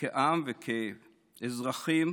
כעם וכאזרחים,